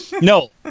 No